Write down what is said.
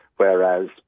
Whereas